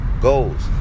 goals